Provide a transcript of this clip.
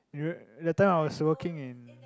that time I was working in